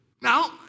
Now